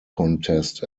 contest